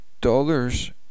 dollars